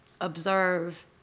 Observe